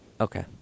Okay